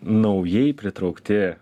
naujai pritraukti